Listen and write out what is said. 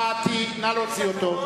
נא לצאת.